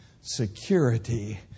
Security